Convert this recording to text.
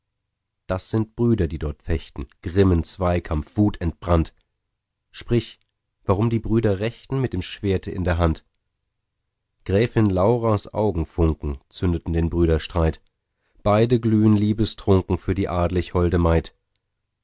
das sind brüder die dort fechten grimmen zweikampf wutentbrannt sprich warum die brüder rechten mit dem schwerte in der hand gräfin lauras augenfunken zündeten den brüderstreit beide glühen liebestrunken für die adlig holde maid